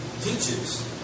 teaches